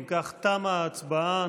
אם כך, תמה ההצבעה.